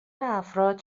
افراد